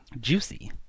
Juicy